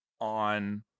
on